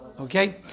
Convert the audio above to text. Okay